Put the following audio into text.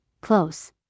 close